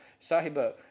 sahibah